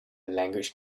language